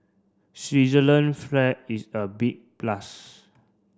Switzerland flag is a big plus